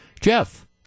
Jeff